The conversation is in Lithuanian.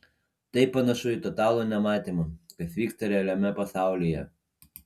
tai panašu į totalų nematymą kas vyksta realiame pasaulyje